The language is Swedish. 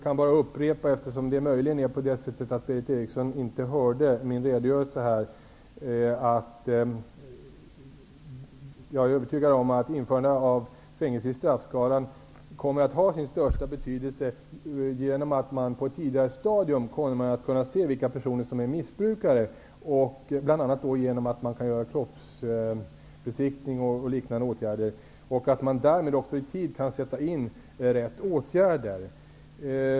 Eftersom Berith Eriksson möjligen inte hörde min redogörelse, kan jag bara upprepa att jag är övertygad om att ett införande av fängelse i straffskalan kommer att ha sin största betydelse på så sätt att man på ett tidigare stadium kommer att kunna se vilka personer som är missbrukare, bl.a. genom att man då kan genomföra kroppsbesiktning, och att man därmed också i tid kan sätta in rätt åtgärder.